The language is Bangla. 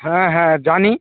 হ্যাঁ হ্যাঁ জানি